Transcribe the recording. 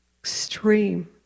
extreme